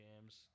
games